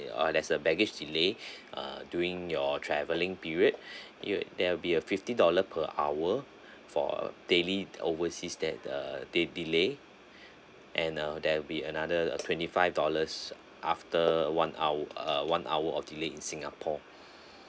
or there's a baggage delay uh during your travelling period you there will be a fifty dollar per hour for uh daily overseas that uh they delay and uh there will be another twenty five dollars after one hou~ uh one hour of delay in singapore